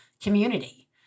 community